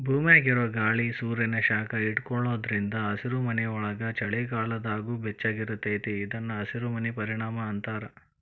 ಭೂಮ್ಯಾಗಿರೊ ಗಾಳಿ ಸೂರ್ಯಾನ ಶಾಖ ಹಿಡ್ಕೊಳೋದ್ರಿಂದ ಹಸಿರುಮನಿಯೊಳಗ ಚಳಿಗಾಲದಾಗೂ ಬೆಚ್ಚಗಿರತೇತಿ ಇದನ್ನ ಹಸಿರಮನಿ ಪರಿಣಾಮ ಅಂತಾರ